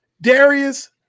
Darius